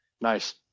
Nice